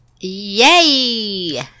Yay